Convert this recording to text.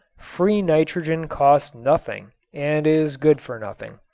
free nitrogen costs nothing and is good for nothing.